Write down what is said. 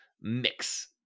mix